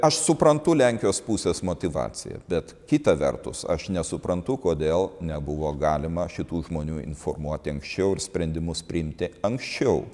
aš suprantu lenkijos pusės motyvaciją bet kita vertus aš nesuprantu kodėl nebuvo galima šitų žmonių informuoti anksčiau ir sprendimus priimti anksčiau